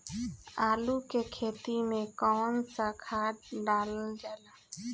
आलू के खेती में कवन सा खाद डालल जाला?